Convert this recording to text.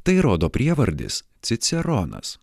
tai rodo prievardis ciceronas